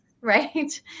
right